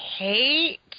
hate